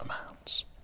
amounts